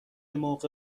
موقع